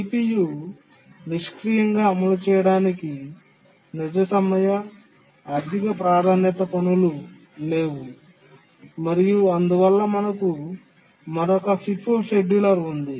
CPU నిష్క్రియంగా అమలు చేయడానికి నిజ సమయ అధిక ప్రాధాన్యత పనులు లేవు మరియు అందువల్ల మనకు మరొక FIFO షెడ్యూలర్ ఉంది